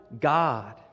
God